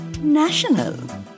national